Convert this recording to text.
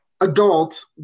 adults